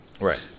Right